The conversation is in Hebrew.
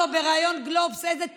איזה טיפים,